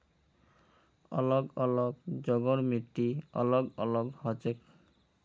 अलग अलग जगहर मिट्टी अलग अलग हछेक